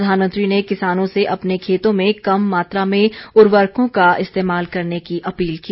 प्रधानमंत्री ने किसानों से अपने खेतों में कम मात्रा में उर्वरकों का इस्तेमाल करने की अपील की